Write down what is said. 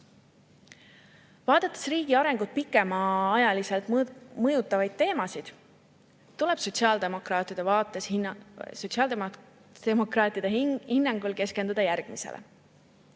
Vaadates riigi arengut pikemaajaliselt mõjutavaid teemasid, tuleb sotsiaaldemokraatide hinnangul keskenduda järgmisele.